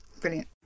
Brilliant